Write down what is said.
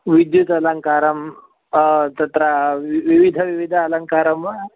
विद्युत् अलङ्कारं तत्र विविध विविध अलङ्कारः वा